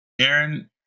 Aaron